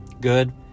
good